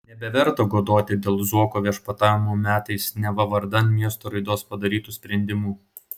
nebeverta godoti dėl zuoko viešpatavimo metais neva vardan miesto raidos padarytų sprendimų